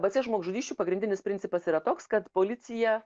b c žmogžudysčių pagrindinis principas yra toks kad policija